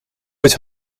ooit